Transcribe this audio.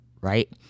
right